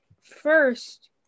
first